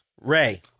Ray